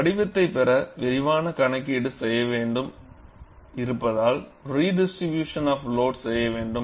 வடிவத்தைப் பெற விரிவான கணக்கீடு செய்ய வேண்டியிருப்பதால் ரிடிஸ்ட்ரிபியூஷன் ஆப் லோடு செய்ய வேண்டும்